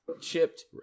chipped